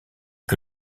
que